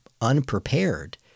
unprepared